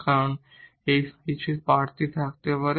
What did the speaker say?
কারণ এমন কিছু ক্যান্ডিডেড থাকতে পারে